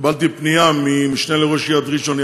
קיבלתי פנייה מהמשנה לראש עיריית ראשון,